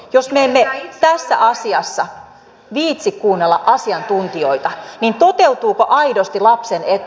jos me emme tässä asiassa viitsi kuunnella asiantuntijoita niin toteutuuko aidosti lapsen etu